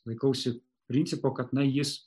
laikausi principo kad na jis